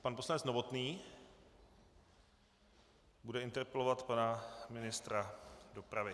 Pan poslanec Novotný bude interpelovat pana ministra dopravy.